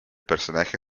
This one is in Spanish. personaje